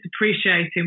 appreciating